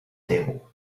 teu